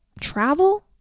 Travel